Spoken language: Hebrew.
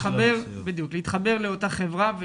להתחבר לאותה חברה,